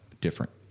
different